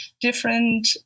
different